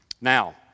Now